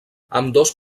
ambdós